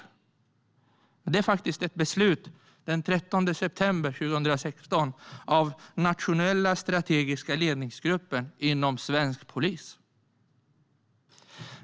Men texten kommer faktiskt från ett beslut fattat den 13 september 2016 av den nationella strategiska ledningsgruppen inom svensk polis.